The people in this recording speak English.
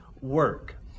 work